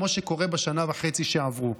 כמו שקורה בשנה וחצי שעברו.